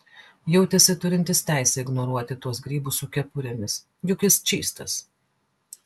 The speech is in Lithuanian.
jautėsi turintis teisę ignoruoti tuos grybus su kepurėmis juk jis čystas